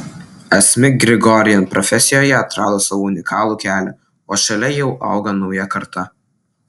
asmik grigorian profesijoje atrado savo unikalų kelią o šalia jau auga nauja karta